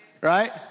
right